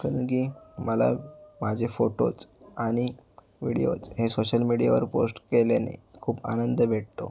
कारण की मला माझे फोटोज आणि व्हिडिओज हे सोशल मीडियावर पोस्ट केल्याने खूप आनंद भेटतो